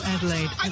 Adelaide